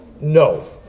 No